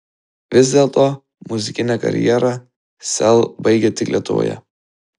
vis dėlto muzikinę karjerą sel baigia tik lietuvoje